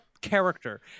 character